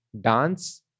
dance